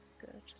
Good